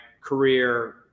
career